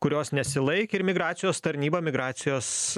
kurios nesilaikė ir migracijos tarnyba migracijos